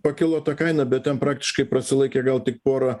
pakilo ta kaina bet ten praktiškai prasilaikė gal tik porą